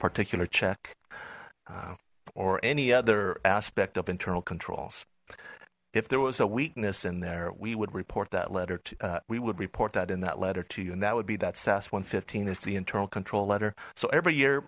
particular check or any other aspect of internal controls if there was a weakness in there we would report that letter to we would report that in that letter to you and that would be that sass one hundred and fifteen is the internal control letter so every year